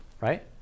right